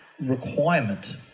requirement